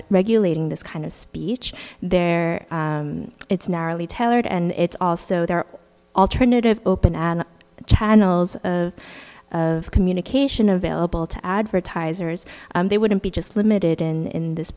regulating this kind of speech there it's narrowly tailored and it's also there are alternative open and channels of of communication available to advertisers they wouldn't be just limited in this